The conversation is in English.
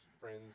friends